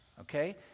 Okay